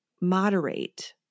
moderate